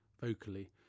vocally